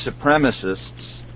supremacists